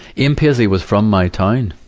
ian paisley was from my town.